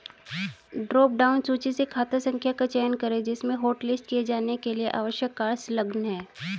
drop down सूची से खाता संख्या का चयन करें जिसमें हॉटलिस्ट किए जाने के लिए आवश्यक कार्ड संलग्न है